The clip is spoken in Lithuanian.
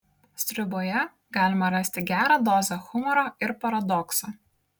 sriuboje galima rasti gerą dozę humoro ir paradokso